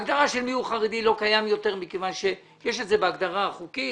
הגדרה של מיהו חרדי לא קיימת יותר מכיוון שיש את זה בהגדרה החוקית.